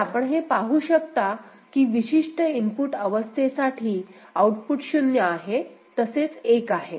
तर आपण हे पाहू शकता की विशिष्ट इनपुट अवस्थेसाठी आउटपुट 0 आहे तसेच 1 आहे